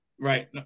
right